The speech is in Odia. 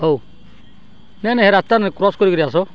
ହଉ ନାଇଁ ନାଇଁ ରାସ୍ତାରେ ନାଇଁ କ୍ରସ୍ କରିକରି ଆସ